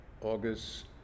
August